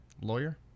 Lawyer